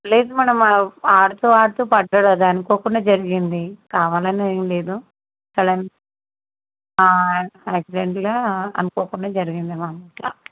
లేదు మ్యాడమ్ ఆడుతు ఆడుతు పడ్డాడు అది అనుకోకుండా జరిగింది కావాలని ఏమి లేదు ఆన్ ఆక్సిడెంటల్గా అనుకోకుండా జరిగింది మ్యామ్ ఇట్లా